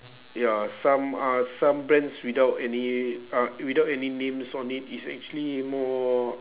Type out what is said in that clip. ya some ah some brands without any ah without any names on it it's actually more